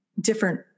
different